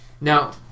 Now